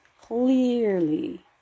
clearly